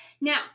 Now